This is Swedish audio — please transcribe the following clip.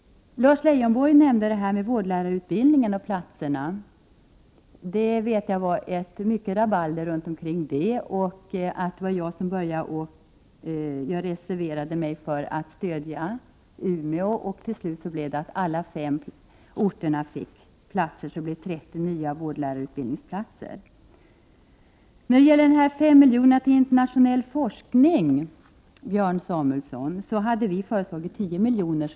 Lars Leijonborg nämnde vårdlärarutbildningen och platserna där. Jag vet att det var mycket rabalder runt detta. Jag började att reservera mig till förmån för Umeå. Till slut blev det så att alla fem orterna fick vårdlärarutbildning. Det blev alltså 30 nya vårdlärarutbildningsplatser. hade vi föreslagit 10 miljoner.